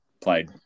played